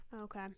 Okay